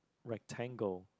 rectangle